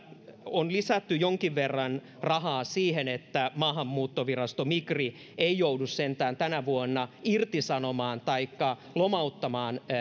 on lisätty jonkin verran rahaa siihen että maahanmuuttovirasto migri ei joudu sentään tänä vuonna irtisanomaan taikka lomauttamaan